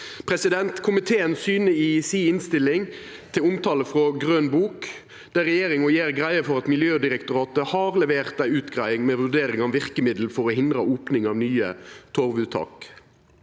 mogleg. Komiteen syner i innstillinga si til omtale frå Grøn bok, der regjeringa gjer greie for at Miljødirektoratet har levert ei utgreiing med vurdering av verkemiddel for å hindra opning av nye torvuttak.